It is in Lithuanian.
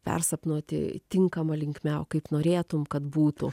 persapnuoti tinkama linkme o kaip norėtum kad būtų